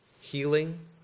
healing